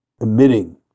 emitting